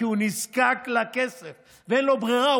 כי הוא נזקק לכסף ואין לו ברירה,